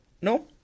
No